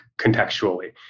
contextually